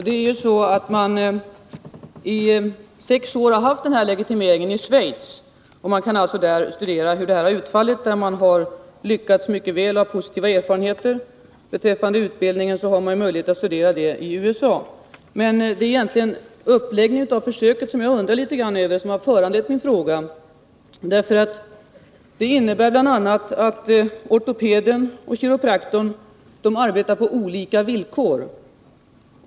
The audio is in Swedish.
Herr talman! I sex år har man haft den här legitimeringen i Schweiz, och man kan där studera hur det har utfallit. Man har lyckats mycket väl och har positiva erfarenheter. Utbildningen finns det möjlighet att studera i USA. Det är egentligen uppläggningen av försöket som jag undrar över och som har föranlett min fråga, eftersom den bl.a. innebär att ortopeden och kiropraktorn arbetar på olika villkor.